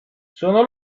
sono